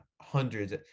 hundreds